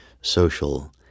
social